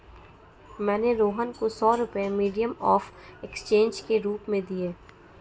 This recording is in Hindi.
मैंने रोहन को सौ रुपए मीडियम ऑफ़ एक्सचेंज के रूप में दिए